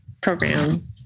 program